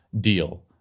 deal